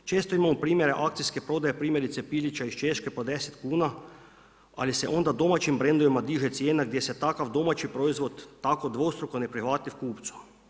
Često imamo primjere akcijske prodaje primjerice pilića iz Češke po 10 kuna, ali se onda domaćim brendovima diže cijena gdje se takav domaći proizvod, tako dvostruko neprihvatljiv kupcu.